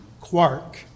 Quark